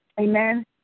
Amen